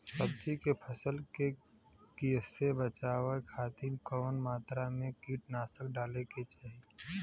सब्जी के फसल के कियेसे बचाव खातिन कवन मात्रा में कीटनाशक डाले के चाही?